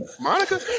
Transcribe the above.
Monica